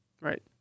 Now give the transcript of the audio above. Right